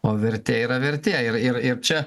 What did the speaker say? o vertė yra vertė ir ir čia